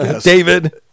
David